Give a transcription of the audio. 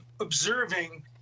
observing